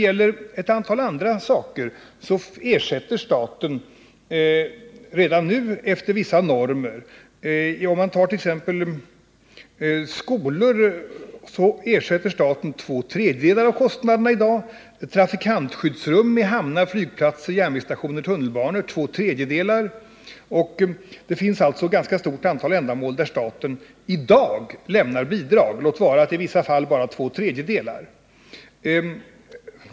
I ett antal andra sammanhang ersätter staten redan nu kostnaderna efter vissa normer. För t.ex. skyddsrum vid skolor ersätter staten två tredjedelar av kostnaderna, och för trafikantskyddsrum vid hamnar, flygplatser, järnvägsstationer och tunnelbanor ersätts också två tredjedelar. Det finns alltså ett ganska stort antal ändamål där staten i dag lämnar bidrag, låt vara i vissa fall bara två tredjedelar.